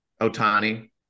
Otani